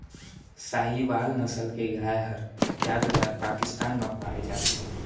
साहीवाल नसल के गाय हर जादातर पाकिस्तान म पाए जाथे